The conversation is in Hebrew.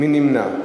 מי נמנע?